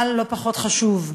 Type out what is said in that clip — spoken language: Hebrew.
אבל לא פחות חשוב,